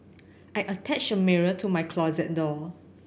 I attached a mirror to my closet door